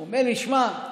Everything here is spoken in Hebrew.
הוא אמר לי: תשמע,